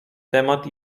temat